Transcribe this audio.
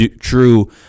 true